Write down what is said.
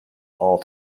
all